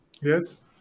Yes